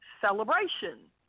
celebration